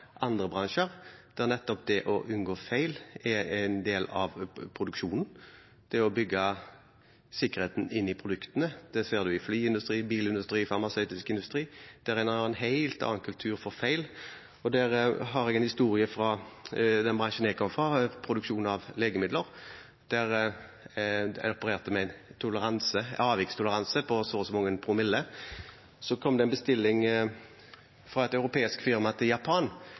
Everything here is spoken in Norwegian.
andre bransjer, der nettopp det å unngå feil er en del av produksjonen, ved å bygge sikkerheten inn i produktene. Det ser vi i flyindustrien, i bilindustrien og i farmasøytisk industri. Der er det en helt annen kultur for feil. I den forbindelse har jeg en historie fra den bransjen jeg kommer fra, produksjon av legemidler, der man opererte med en avvikstoleranse på et visst antall promiller. Det gikk en bestilling fra et europeisk firma til Japan.